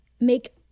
make